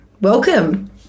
Welcome